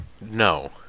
No